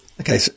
Okay